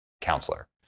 counselor